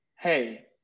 Hey